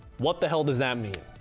what the hell does that mean?